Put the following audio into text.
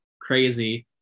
crazy